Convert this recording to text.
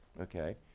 okay